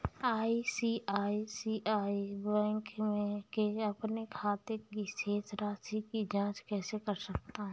मैं ICICI bank के अपने खाते की शेष राशि की जाँच कैसे कर सकता हूँ?